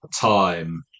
time